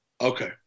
okay